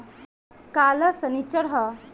काल्ह सनीचर ह